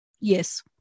Yes